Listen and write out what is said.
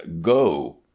go